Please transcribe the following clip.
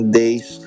days